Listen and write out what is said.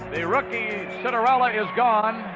the rookie, citarella, is gone.